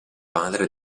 padre